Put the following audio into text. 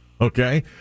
Okay